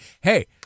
Hey